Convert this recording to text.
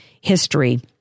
history